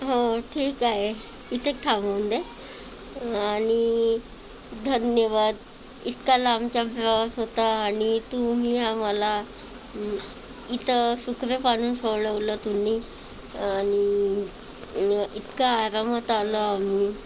हो ठीक आहे इथंच थांबवून द्या आणि धन्यवाद इतका लांबचा प्रवास होता आणि तुम्ही आम्हाला इथं सुखरूप आणून सोडलं तुम्ही आणि इतका आरामात आलो आम्ही